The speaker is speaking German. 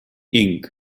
inc